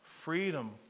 freedom